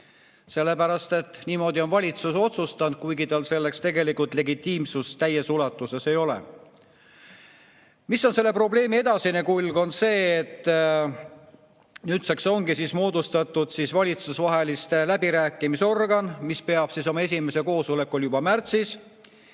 sellepärast et niimoodi on valitsus otsustanud, kuigi tal selleks tegelikult legitiimsust täies ulatuses ei ole. Mis on selle probleemi edasine kulg? Nüüdseks ongi moodustatud valitsusvaheliste läbirääkimiste organ, mis peab oma esimese koosoleku juba märtsis.